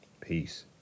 Peace